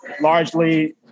Largely